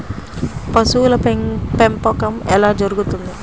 పశువుల పెంపకం ఎలా జరుగుతుంది?